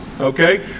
okay